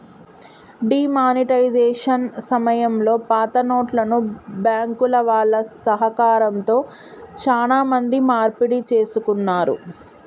D monetisation సమయంలో పాతనోట్లను బ్యాంకుల వాళ్ళ సహకారంతో చానా మంది మార్పిడి చేసుకున్నారు